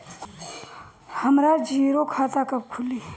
हमरा जीरो खाता कब खुली?